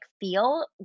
feel